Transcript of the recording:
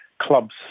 clubs